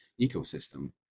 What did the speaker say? ecosystem